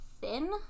thin